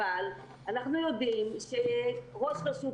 אבל אנחנו יודעים שראש רשות,